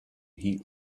heat